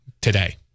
today